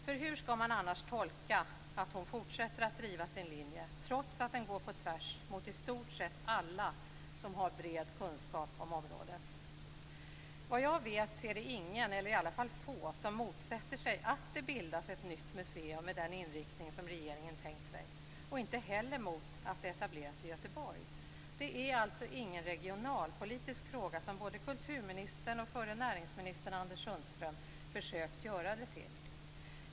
För hur skall man annars tolka att hon fortsätter att driva sin linje trots att den går på tvärs mot uppfattningen hos i stort sett alla som har bred kunskap om området? Vad jag vet att det ingen, eller i varje fall få, som motsätter sig att det bildas ett nytt museum med den inriktning som regeringen tänkt sig och inte heller att det etableras i Göteborg. Det är alltså ingen regionalpolitisk fråga, som både kulturministern och förre näringsministern Anders Sundström försökt att göra det till.